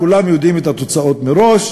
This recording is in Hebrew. וכולם יודעים את התוצאות מראש.